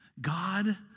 God